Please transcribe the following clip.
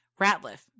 Ratliff